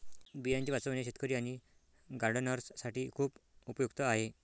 बियांचे वाचवणे शेतकरी आणि गार्डनर्स साठी खूप उपयुक्त आहे